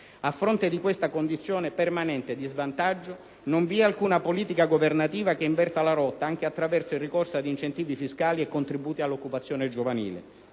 A fronte di questa condizione permanente di svantaggio, non vi è alcuna politica governativa che inverta la rotta anche attraverso il ricorso ad incentivi fiscali e contributivi all'occupazione giovanile.